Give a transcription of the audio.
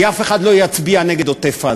כי אף אחד לא יצביע נגד עוטף-עזה,